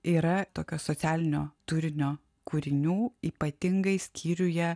yra tokio socialinio turinio kūrinių ypatingai skyriuje